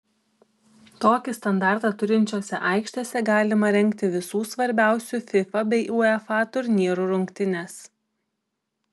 tokį standartą turinčiose aikštėse galima rengti visų svarbiausių fifa bei uefa turnyrų rungtynes